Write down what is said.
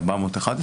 ב-411,